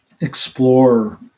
explore